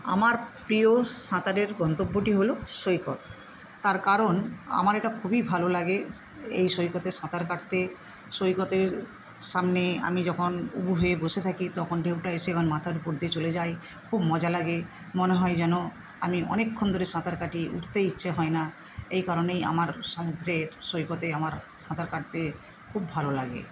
আমার প্রিয় সাঁতারের গন্তব্যটি হল সৈকত তার কারণ আমার এটা খুবই ভালো লাগে এই সৈকতে সাঁতার কাটতে সৈকতের সামনে আমি যখন উবু হয়ে বসে থাকি তখন ঢেউটা এসে আমার মাথার উপর দিয়ে চলে যায় খুব মজা লাগে মনে হয় যেন আমি অনেকক্ষণ ধরে সাঁতার কাটি উঠতেই ইচ্ছে হয় না এই কারণেই আমার সমুদ্রের সৈকতে আমার সাঁতার কাটতে খুব ভালো লাগে